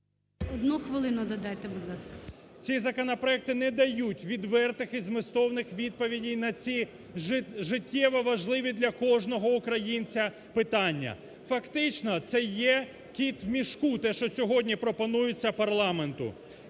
Одну хвилину додайте, будь ласка. ГАЛАСЮК В.В. Ці законопроекти не дають відвертих і змістовних відповідей на ці життєво важливі для кожного українця питання. Фактично це є кіт в мішку, те, що сьогодні пропонується парламенту.